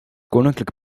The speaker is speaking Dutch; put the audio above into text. koninklijk